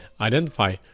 Identify